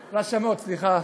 רשמות, סליחה.